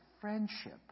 friendship